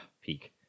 peak